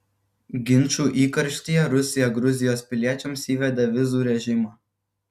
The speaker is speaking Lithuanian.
ginčų įkarštyje rusija gruzijos piliečiams įvedė vizų režimą